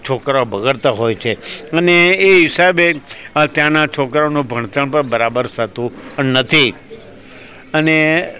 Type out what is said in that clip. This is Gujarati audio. છોકરા બગડતા હોય છે અને એ હિસાબે ત્યાંના છોકરાઓનું ભણતર પણ બરાબર થતું નથી અને